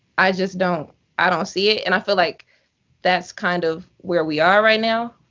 i just don't i don't see it. and i feel like that's kind of where we are right now.